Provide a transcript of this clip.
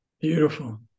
Beautiful